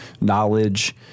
knowledge